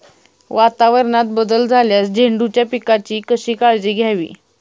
वातावरणात बदल झाल्यास झेंडूच्या पिकाची कशी काळजी घ्यावी?